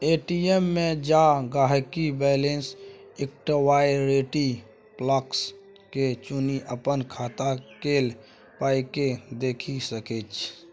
ATM मे जा गांहिकी बैलैंस इंक्वायरी आप्शन के चुनि अपन खाता केल पाइकेँ देखि सकैए